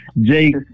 Jake